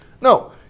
No